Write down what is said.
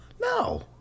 No